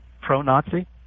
pro-Nazi